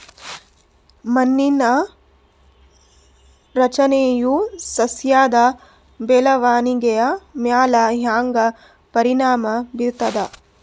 ಮಣ್ಣಿನ ರಚನೆಯು ಸಸ್ಯದ ಬೆಳವಣಿಗೆಯ ಮ್ಯಾಲ ಹ್ಯಾಂಗ ಪರಿಣಾಮ ಬೀರ್ತದ?